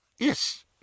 Yes